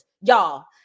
y'all